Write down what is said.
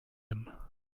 him